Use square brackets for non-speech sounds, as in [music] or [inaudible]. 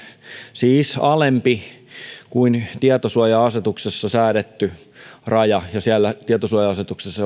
siis alempi kuin tietosuoja asetuksessa säädetty raja siellä tietosuoja asetuksessa [unintelligible]